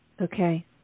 Okay